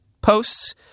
posts